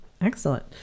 excellent